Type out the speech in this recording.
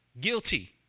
Guilty